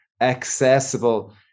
accessible